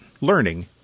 learning